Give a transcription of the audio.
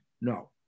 No